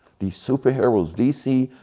these super heroes, dc,